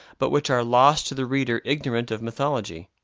but which are lost to the reader ignorant of mythology.